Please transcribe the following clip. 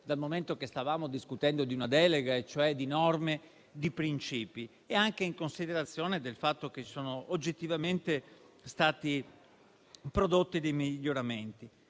dal momento che stavamo discutendo di una delega, e cioè di norme e principi, ed anche in considerazione del fatto che sono stati oggettivamente prodotti dei miglioramenti.